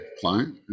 Client